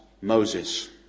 Moses